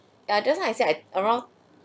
ya just now I say at around